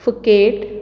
Phuket